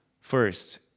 first